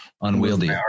unwieldy